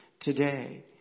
today